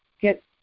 get